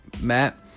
Matt